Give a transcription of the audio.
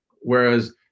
Whereas